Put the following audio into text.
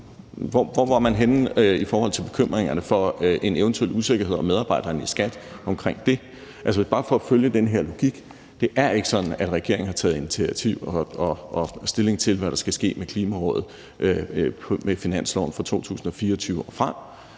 hvor var man henne i forhold til bekymringerne for en eventuel usikkerhed om medarbejderne i skattevæsenet omkring det? Det er altså bare for at følge den her logik. Det er ikke sådan, at regeringen har taget initiativ og stilling til, hvad der skal ske med Klimarådet med finansloven for 2024 og frem.